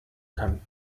kann